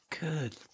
Good